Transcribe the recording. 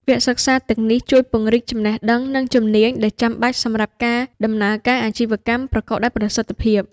វគ្គសិក្សាទាំងនេះជួយពង្រីកចំណេះដឹង និងជំនាញដែលចាំបាច់សម្រាប់ការដំណើរការអាជីវកម្មប្រកបដោយប្រសិទ្ធភាព។